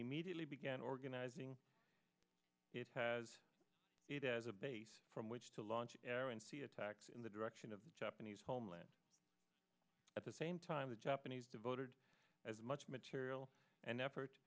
immediately began organizing it has it as a base from which to launch air and sea attacks in the direction of japanese homeland at the same time the japanese devoted as much material and effort